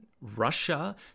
Russia